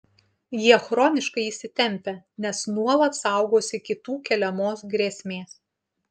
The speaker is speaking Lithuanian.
jie chroniškai įsitempę nes nuolat saugosi kitų keliamos grėsmės